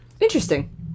Interesting